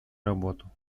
работу